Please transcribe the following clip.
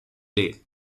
lay